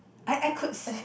I I could